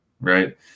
right